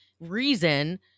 reason